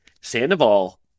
Sandoval